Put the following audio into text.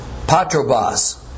Patrobas